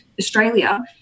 Australia